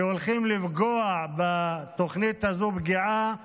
שהולכים לפגוע בתוכנית הזו, פגיעה אנושה,